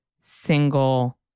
single